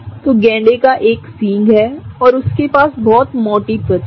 तो गैंडे का एक सींग है और उनके पास बहुत मोटी त्वचा है